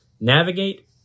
navigate